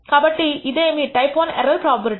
కాబట్టి ఇదే మీ టైప్ I ఎర్రర్ ప్రోబబిలిటీ